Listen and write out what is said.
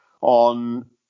on